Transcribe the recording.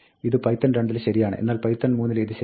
ഇത് പൈത്തൺ 2 ൽ ശരിയാണ് എന്നാൽ python 3 ൽ ഇത് ശരിയല്ല